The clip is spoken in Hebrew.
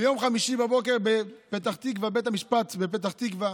ביום חמישי בבוקר בבית המשפט בפתח תקווה